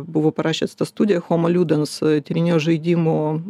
buvo parašęs studiją homo ludens tyrinėjo žaidimo